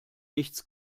nichts